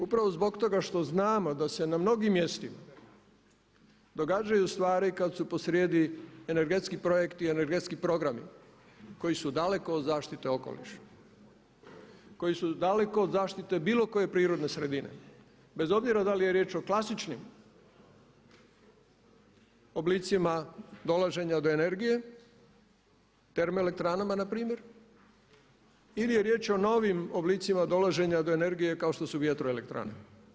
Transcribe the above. Upravo zbog toga što znamo da se na mnogim mjestima događaju stvari kada su posrijedi energetski projekti i energetski programi koji su daleko od zaštite okoliša koji su daleko od zaštite bilo koje prirodne sredine bez obzira da li je riječ o klasičnim oblicima dolaženja do energije termoelektranama npr. ili je riječ o novim oblicima dolaženja do energije kao što su vjetroelektrane.